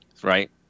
Right